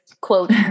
quote